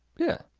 yeah.